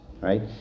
right